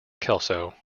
kelso